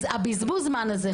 בזבוז הזמן הזה,